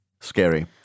Scary